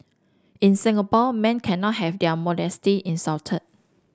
in Singapore men cannot have their modesty insulted